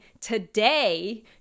today